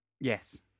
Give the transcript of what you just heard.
yes